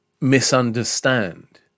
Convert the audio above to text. misunderstand